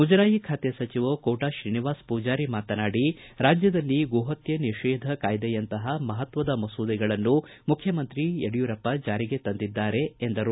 ಮುಜರಾಯಿ ಖಾತೆ ಸಚಿವ ಕೋಟಾ ತ್ರೀನಿವಾಸ ಪೂಜಾರಿ ಮಾತನಾಡಿ ರಾಜ್ಯದಲ್ಲಿ ಗೋಹತ್ತೆ ನಿಷೇಧ ಕಾಯ್ದೆಯಂತಹ ಮಹತ್ವದ ಮಸೂದೆಗಳನ್ನು ಮುಖ್ಯಮಂತ್ರಿ ಯಡಿಯೂರಪ್ಪ ಜಾರಿಗೆ ತಂದಿದ್ದಾರೆ ಎಂದರು